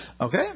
Okay